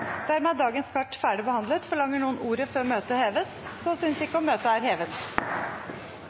Dermed er dagens kart ferdigbehandlet. Forlanger noen ordet før møtet heves? – Møtet er hevet.